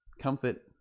comfort